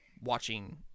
watching